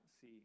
see